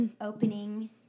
opening